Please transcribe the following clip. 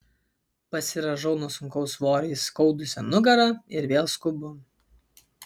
pasirąžau nuo sunkaus svorio įskaudusią nugarą ir vėl skubu